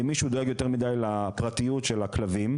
ואם מישהו דואג יותר מדי לפרטיות של הכלבים,